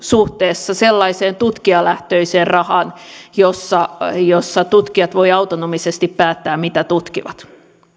suhteessa sellaiseen tutkijalähtöiseen rahaan jossa tutkijat voivat autonomisesti päättää mitä tutkivat